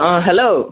অঁ হেল্ল'